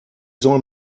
soll